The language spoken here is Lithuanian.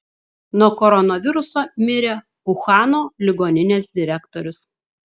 nuo koronaviruso mirė uhano ligoninės direktorius